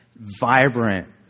vibrant